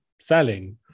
selling